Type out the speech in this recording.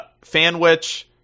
FanWitch